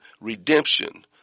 redemption